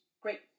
Great